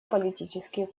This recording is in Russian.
политические